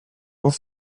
what